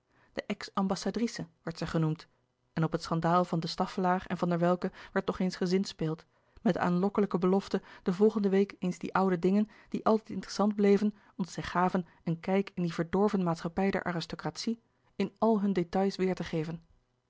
ex ambassadrice werd zij genoemd en op het schandaal van de staffelaer en van der welcke werd nog eens gezinspeeld met de aanlokkelijke belofte de volgende week eens die oude dingen die altijd interessant bleven omdat zij gaven een kijk in die verdorven maatschappij der aristocratie in al hun details weêr te geven